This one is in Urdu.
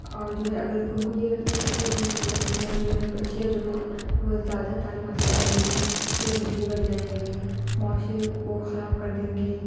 اور جو ہے اگر ان کو یہ لگتا تھا کہ اگر وہ لڑکیاں جو ہیں بچیاں جو ہیں وہ زیادہ تعلیم حاصل کر لیں گی تو وہ بگڑ جائیں گی معاشرے کو خراب کر دیں گی